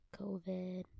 COVID